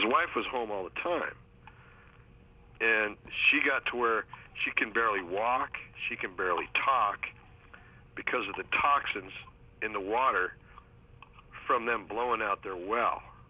his wife was home all the time and she got to where she can barely walk she can barely talk because of the toxins in the water from them blowing out there well